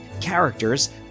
characters